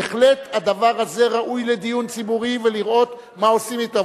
בהחלט הדבר הזה ראוי לדיון ציבורי ולראות מה עושים אתו,